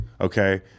okay